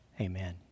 Amen